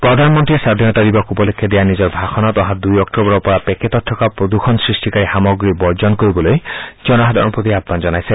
প্ৰধানমন্ত্ৰীয়ে স্বধীনতা দিৱস উপলক্ষে দিয়া নিজৰ ভাষণত অহা দুই অক্টোবৰৰ পৰা পেকেটত থকা প্ৰদূষণ সৃষ্টিকাৰী সমাগ্ৰী বৰ্জন কৰিবলৈ জনসাধাৰণৰ প্ৰতি আহবান জনাইছে